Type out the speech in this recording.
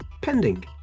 pending